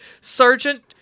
sergeant